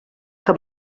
que